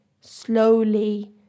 slowly